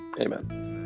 amen